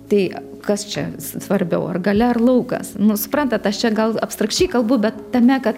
tai kas čia svarbiau ar galia ar laukas nu suprantat aš čia gal abstrakčiai kalbu bet tame kad